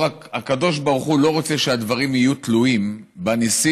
הקדוש ברוך הוא לא רוצה שהדברים יהיו תלויים בניסים